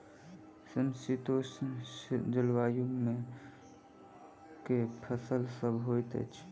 समशीतोष्ण जलवायु मे केँ फसल सब होइत अछि?